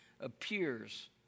appears